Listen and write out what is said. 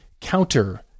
counter